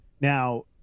Now